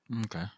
Okay